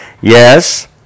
Yes